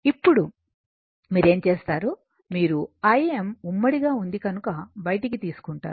అప్పుడు మీరు ఏమి చేస్తారు మీరు Im ఉమ్మడి గా ఉంది కనుక బయటకి తీసుకుంటారు